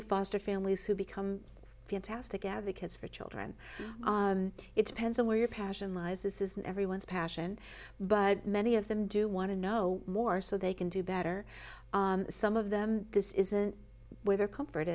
have foster families who become fantastic advocates for children it depends on where passion lies this isn't everyone's passion but many of them do want to know more so they can do better some of them this isn't where their comfort